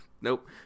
Nope